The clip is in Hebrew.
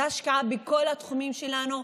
זו השקעה בכל התחומים שלנו.